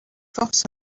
force